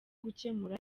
gukemura